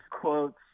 quotes